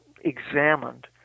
examined